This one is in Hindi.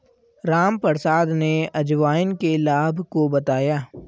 रामप्रसाद ने अजवाइन के लाभ को बताया